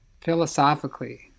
philosophically